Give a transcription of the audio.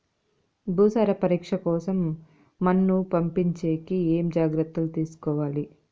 భూసార పరీక్ష కోసం మన్ను పంపించేకి ఏమి జాగ్రత్తలు తీసుకోవాలి?